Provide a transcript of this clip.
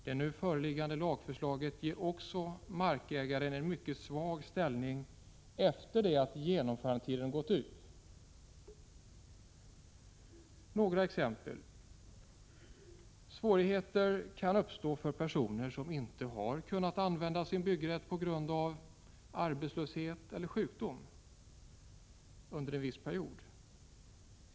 Det nu föreliggande förslaget ger dessutom markägaren en mycket svag ställning också efter det att genomförandetiden gått ut. Några exempel: Svårigheter kan uppstå för personer som inte har kunnat använda sin byggrätt på grund av arbetslöshet eller sjukdom under en viss period.